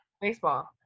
Baseball